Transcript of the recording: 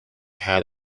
had